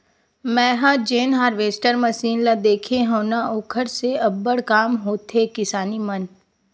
मेंहा जेन harvester machine ल देखे हव न ओखर से अब्बड़ काम होथे किसानी मन